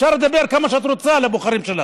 אפשר לדבר כמה שאת רוצה לבוחרים שלך.